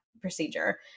procedure